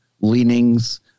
leanings